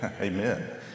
amen